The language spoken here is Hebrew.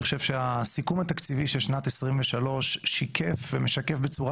אני חושב שהסיכום התקציבי של שנת 2023 שיקף ומשקף בצורה